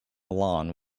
lawn